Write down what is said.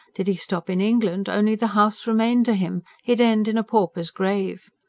did he stop in england, only the house remained to him he'd end in a pauper's grave.